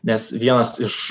nes vienas iš